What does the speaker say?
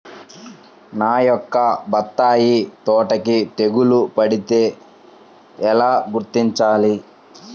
నా యొక్క బత్తాయి తోటకి తెగులు పడితే ఎలా గుర్తించాలి?